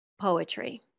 poetry